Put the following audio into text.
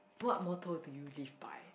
what motto do you live by